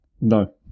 no